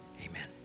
amen